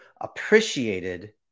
appreciated